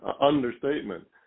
understatement